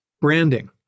Branding